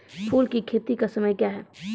फुल की खेती का समय क्या हैं?